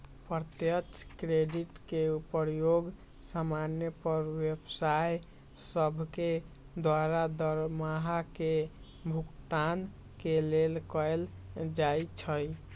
प्रत्यक्ष क्रेडिट के प्रयोग समान्य पर व्यवसाय सभके द्वारा दरमाहा के भुगतान के लेल कएल जाइ छइ